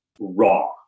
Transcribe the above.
raw